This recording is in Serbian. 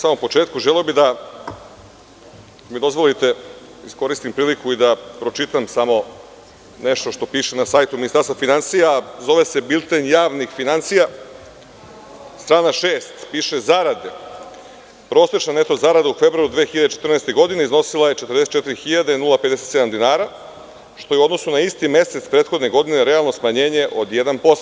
Na samom početku, želeo bih da mi dozvolite da pročitam nešto što piše na sajtu Ministarstva finansija, a zove se Bilten javnih finansija, strana 6: „Prosečna neto zarada u februaru 2014. godine iznosila je 44.057 dinara, što je u odnosu na isti mesec prethodne godine realno smanjenje od 1%